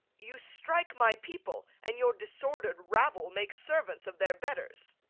you strike my people and your disorder'd rabble make servants of their betters.